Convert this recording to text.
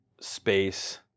space